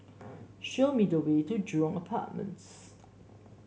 show me the way to Jurong Apartments